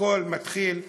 הכול מתחיל מלמעלה,